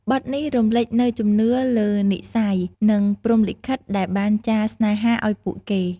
បទនេះរំលេចនូវជំនឿលើនិស្ស័យនិងព្រហ្មលិខិតដែលបានចារស្នេហាឲ្យពួកគេ។